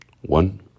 One